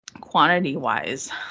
quantity-wise